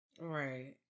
right